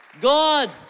God